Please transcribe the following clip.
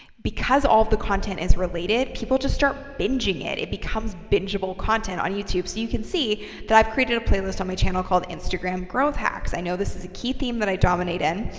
because all of the content is related, people just start bingeing it. it becomes binge-able content on youtube. so you can see that i've created a playlist on my channel called instagram growth hacks. i know this is a key theme that i dominate in,